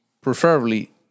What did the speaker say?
preferably